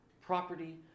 property